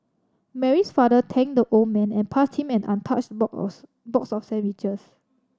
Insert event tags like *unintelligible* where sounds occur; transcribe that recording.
Mary's father thanked the old man and passed him an untouched *unintelligible* box of sandwiches